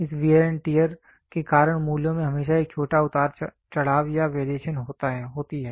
इस wear and tear के कारण मूल्यों में हमेशा एक छोटा उतार चढ़ाव या वेरिएशन होती है